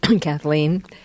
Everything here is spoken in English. Kathleen